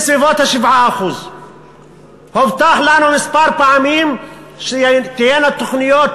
בסביבות 7%. הובטח לנו כמה פעמים שתהיינה תוכניות